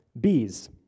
Bees